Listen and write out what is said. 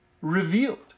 revealed